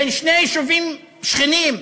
בין שני יישובים שכנים,